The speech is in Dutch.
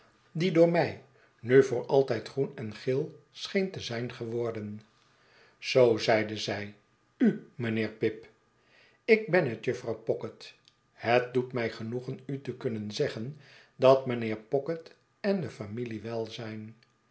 die door mij nu voor altijd groen en geel scheen te zijn geworden zoo zeide zij u mijnheer pip ik ben het jufvrouw pocket het doet mij genoegen u te kunnen zeggen dat mijnheer pocket en de familie